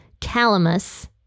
calamus